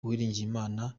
uwiringiyimana